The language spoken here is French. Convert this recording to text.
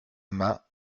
m’a